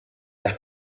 las